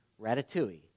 Ratatouille